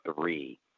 three